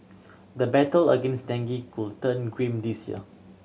the battle against dengue could turn grim this year